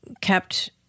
kept